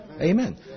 Amen